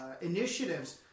initiatives